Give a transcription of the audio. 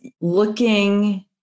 looking